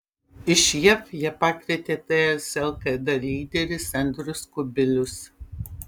iš jav ją pasikvietė ts lkd lyderis andrius kubilius